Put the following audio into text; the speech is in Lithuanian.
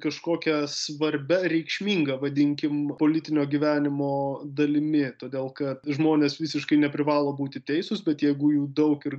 kažkokia svarbia reikšminga vadinkim politinio gyvenimo dalimi todėl kad žmonės visiškai neprivalo būti teisūs bet jeigu jau daug ir